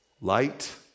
Light